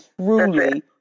truly